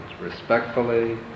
respectfully